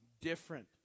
different